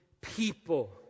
people